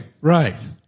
Right